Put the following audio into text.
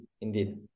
Indeed